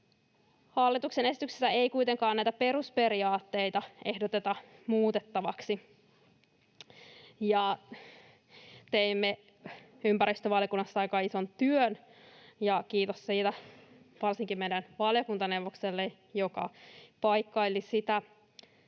Hallituksen esityksessä ei kuitenkaan näitä perusperiaatteita ehdoteta muutettaviksi. Teimme ympäristövaliokunnassa aika ison työn, kiitos siitä varsinkin meidän valiokuntaneuvokselle, joka paikkaili sitä